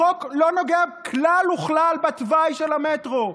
החוק לא נוגע כלל וכלל בתוואי של המטרו.